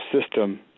system